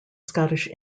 scottish